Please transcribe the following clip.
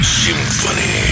symphony